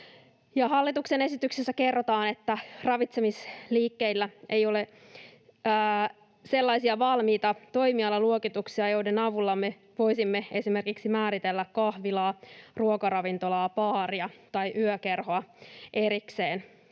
hallituksen esityksessä kerrotaan, että ravitsemisliikkeillä ei ole sellaisia valmiita toimialaluokituksia, joiden avulla me voisimme esimerkiksi määritellä kahvilaa, ruokaravintolaa, baaria tai yökerhoa erikseen.